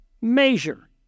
measure